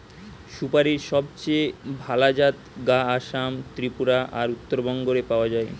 সুপারীর সবচেয়ে ভালা জাত গা আসাম, ত্রিপুরা আর উত্তরবঙ্গ রে পাওয়া যায়